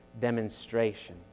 demonstration